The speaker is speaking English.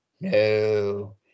No